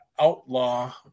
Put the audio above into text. Outlaw